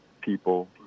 people